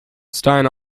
stein